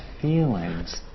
feelings